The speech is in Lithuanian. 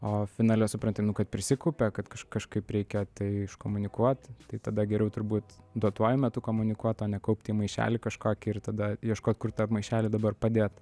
o finale supranti nu kad prisikaupė kad kaž kažkaip reikia tai iškomunikuoti tai tada geriau turbūt duotuoju metu komunikuot o ne kaupt į maišelį kažkokį ir tada ieškot kur tą maišelį dabar padėt